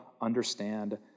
understand